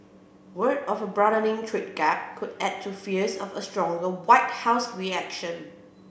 word of a broadening trade gap could add to fears of a stronger White House reaction